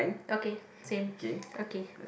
okay same okay